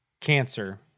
Cancer